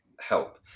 help